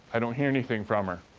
i don't hear anything from her.